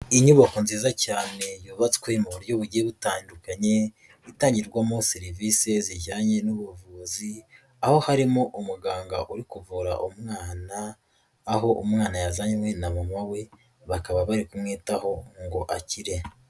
Inyubako nziza cyane yubatswe mu buryo bugiye butandukanye, itangirwamo serivisi zijyanye n'ubuvuzi, aho harimo umuganga uri kuvura umwana, aho umwana yazanywe na mama we bakaba bari kumwitaho ngo akire.